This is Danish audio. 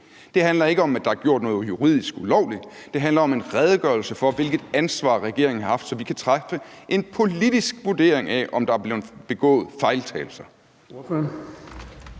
Det handler ikke om, at der er gjort noget juridisk ulovligt. Det handler om en redegørelse for, hvilket ansvar regeringen har haft, så vi kan foretage en politisk vurdering af, om der er blevet begået fejltagelser.